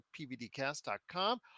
pvdcast.com